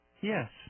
Yes